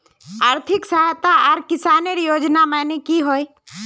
आर्थिक सहायता आर किसानेर योजना माने की होय?